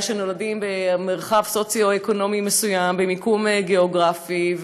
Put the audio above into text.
שנולדים במרחב סוציואקונומי במיקום גאוגרפי.